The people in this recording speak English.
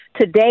today